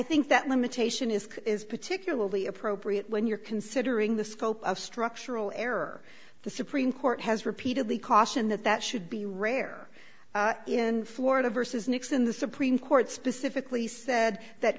think that limitation is is particularly appropriate when you're considering the scope of structural error the supreme court has repeatedly cautioned that that should be rare in florida versus nixon the supreme court specifically said that